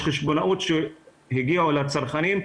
יש חשבוניות שהגיעו לצרכנים,